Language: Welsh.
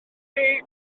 chi